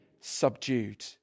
subdued